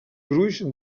gruix